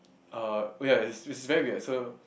ah wait ya is is very weird so